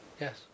yes